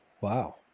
Wow